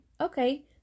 Okay